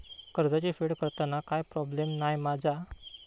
कर्जाची फेड करताना काय प्रोब्लेम नाय मा जा?